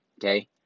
okay